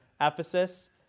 Ephesus